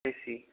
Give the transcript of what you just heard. AC